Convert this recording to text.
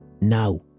now